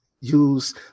use